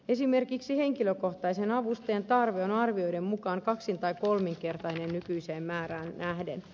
esimerkiksi henkilökohtaisen avustajan tarve on arvioiden mukaan kaksin tai kolminkertainen nykyiseen määrään nähden